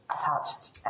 attached